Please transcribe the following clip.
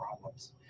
problems